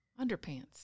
Underpants